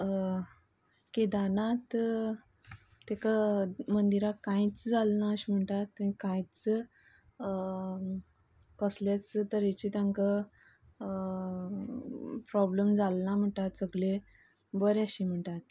केदारनाथ तेका मंदिरांक कांयच जालें ना अशें म्हणटात कांयच कसलेच तरेचे तांकां प्रॉब्लम जालेना म्हणटात सगळें बरें आशिल्ले म्हणटात